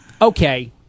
Okay